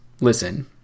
Listen